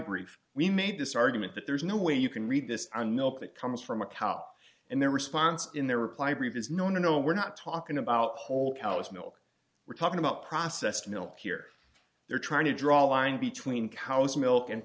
brief we made this argument that there's no way you can read this on milk that comes from a cop and their response in their reply brief is no no no we're not talking about whole cows milk we're talking about processed milk here they're trying to draw a line between cows milk and